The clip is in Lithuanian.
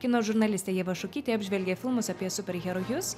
kino žurnalistė ieva šukytė apžvelgė filmus apie superherojus